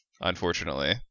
unfortunately